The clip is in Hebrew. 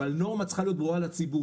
אבל הנורמה צריכה להיות ברורה לציבור.